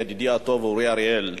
ידידי הטוב אורי אריאל,